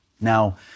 Now